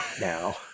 now